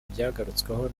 byagarutsweho